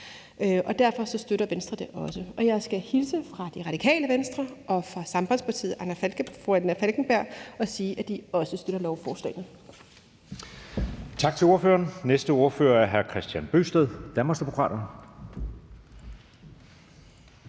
og derfor støtter Venstre det også. Og jeg skal hilse fra Radikale Venstre og fra Sambandspartiets fru Anna Falkenberg og sige, at de også støtter lovforslagene.